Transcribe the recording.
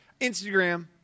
Instagram